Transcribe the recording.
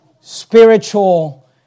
spiritual